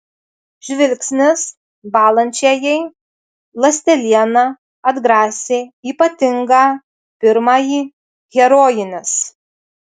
žvilgsnis bąlančiajai ląsteliena atgrasė ypatingą pirmąjį herojinis